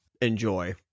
enjoy